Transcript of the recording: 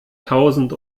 tausend